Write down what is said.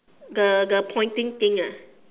the the pointing thing ah